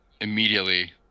immediately